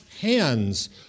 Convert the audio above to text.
hands